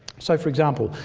so, for example,